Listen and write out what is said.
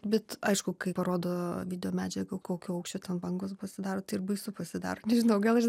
bet aišku kai parodo video medžiagą kokio aukščio bangos pasidaro baisu pasidaro nežinau gal aš